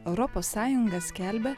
europos sąjunga skelbia